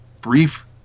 brief